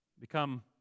become